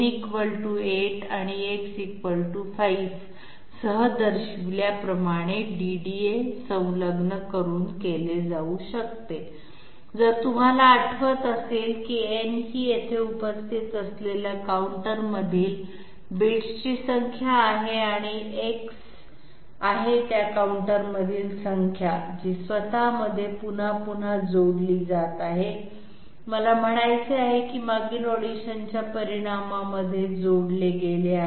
n 8 आणि X 5 सह दर्शविल्याप्रमाणे DDA संलग्न करून केले जाऊ शकते जर तुम्हाला आठवत असेल की n ही येथे उपस्थित असलेल्या काउंटरमधील बिट्सची संख्या आहे आणि X आहे त्या काउंटरमधील संख्या जी स्वतःमध्ये पुन्हा पुन्हा जोडली जात आहे मला म्हणायचे आहे की मागील ऑडिशनच्या परिणामामध्ये जोडले गेले आहे